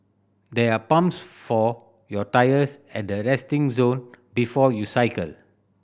there are pumps for your tyres at the resting zone before you cycle